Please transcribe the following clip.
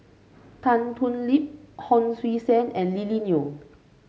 Tan Thoon Lip Hon Sui Sen and Lily Neo